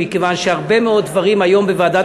מכיוון שהרבה מאוד דברים היום בוועדת